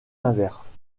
inverse